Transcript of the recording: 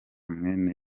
mwene